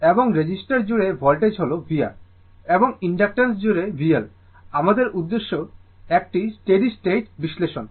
এবং রেজিস্টর জুড়ে ভোল্টেজ হল vR এবং ইনডাক্টেন্স জুড়ে VL আমাদের উদ্দেশ্য একটি স্টেডি স্টেট বিশ্লেষণ